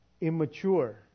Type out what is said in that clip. immature